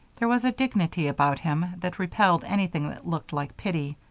there was a dignity about him that repelled anything that looked like pity.